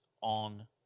on